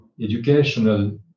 educational